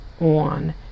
on